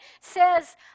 says